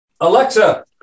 Alexa